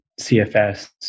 CFS